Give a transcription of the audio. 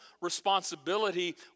responsibility